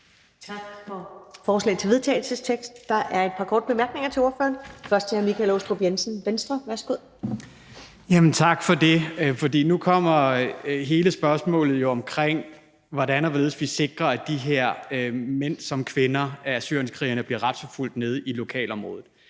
Tak for forslaget til vedtagelse. Der er et par korte bemærkninger til ordføreren. Først fra hr. Michael Aastrup Jensen. Værsgo. Kl. 14:22 Michael Aastrup Jensen (V): Tak for det. Nu kommer hele spørgsmålet jo om, hvordan og hvorledes vi sikrer det, at de her mænd som kvinder af syrienskrigerne bliver retsforfulgt nede i lokalområdet.